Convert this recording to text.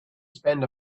spend